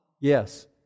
Yes